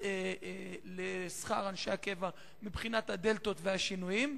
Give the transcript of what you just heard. לשכר אנשי הקבע מבחינת הדלתות והשינויים.